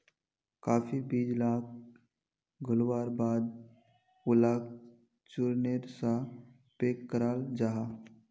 काफी बीज लाक घोल्वार बाद उलाक चुर्नेर सा पैक कराल जाहा